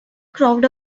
crowd